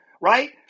right